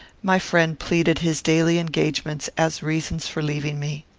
my friend pleaded his daily engagements as reasons for leaving me.